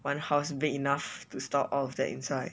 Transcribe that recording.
one house big enough to stuff all of that inside